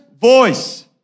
Voice